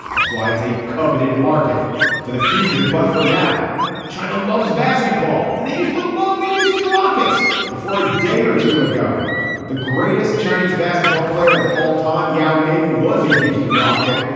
that's why it's a coveted market for the future but for now china loves basketball and they used to love the houston rockets before a day or two ago the greatest chinese basketball player of all time yao ming was a houston rocket.